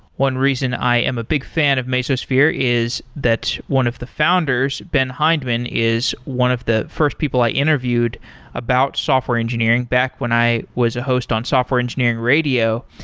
one reason i am a big fan of mesosphere is that one of the founders, ben hindman, is one of the first people i interviewed about software engineering back when i was a host on software engineering radio,